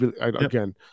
again